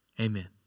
amen